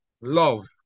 love